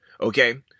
okay